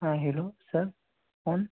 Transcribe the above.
ہاں hello sir کون